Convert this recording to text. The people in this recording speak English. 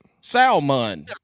Salmon